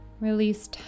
release